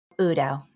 Udo